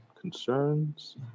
concerns